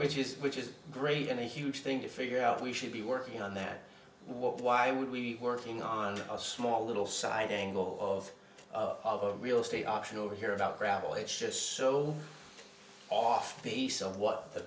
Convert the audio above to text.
which is which is great and a huge thing to figure out we should be working on that why would we working on a small little side angle of of real stay option over here about gravel it's just so off base of what the